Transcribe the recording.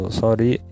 sorry